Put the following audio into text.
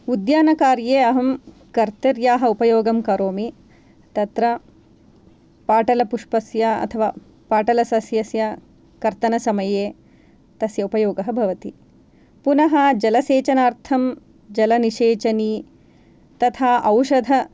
उद्यानकार्ये अहं कर्तर्याः उपयोगं करोमि तत्र पाटलपुष्पस्य अथवा पाटलसस्यस्य कर्तनसमये तस्य उपयोगः भवति पुनः जलसेचनार्थं जलनिसेचनी तथा औषध